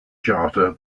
charter